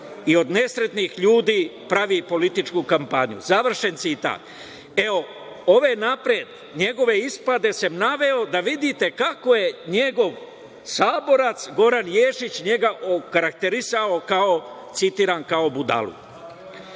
i od nesrećnih ljudi pravi političku kampanju. Evo ove napred njegove ispade sam naveo da vidite kako je njegov saborac Goran Ješić, njega okarakterisao , citiram, kao budalu.